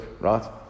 right